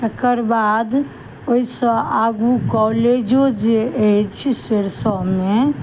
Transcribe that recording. एकर बाद ओहिसँ आगू कॉलेजो जे अछि सरिसवमे